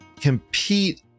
compete